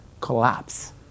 collapse